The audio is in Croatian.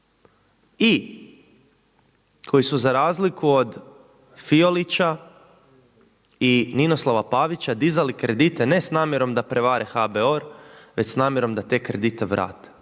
i koji su za razliku od Fiolića i Ninoslava Pavića dizali kredite ne s namjerom da prevare HBOR već s namjerom da te kredite vrate.